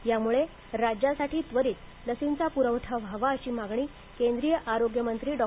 त्यामुळे राज्यासाठी त्वरित लसीचा पुरवठा व्हावा अशी मागणी केंद्रीय आरोग्यमंत्री डॉ